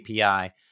API